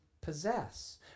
possess